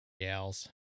Gals